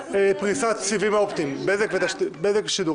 פריסת סיבים אופטיים (בזק ושידורים)?